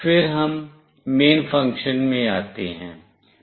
फिर हम main function में आते हैं